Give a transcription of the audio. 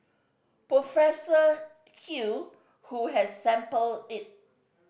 Professor Hew who has sampled it